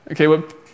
Okay